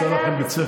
הוא עשה לכם בית ספר.